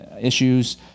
issues